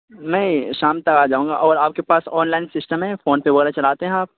نہیں شام تک آ جاؤں گا اور آپ کے پاس آن لائن سسٹم ہے فون پے وغیرہ چلاتے ہیں آپ